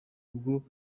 ubwo